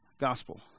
gospel